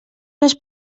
les